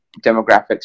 demographics